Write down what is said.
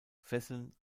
fesseln